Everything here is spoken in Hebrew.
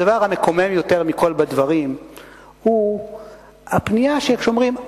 הדבר המקומם יותר מכול בדברים הוא הפנייה שאומרת: